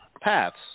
paths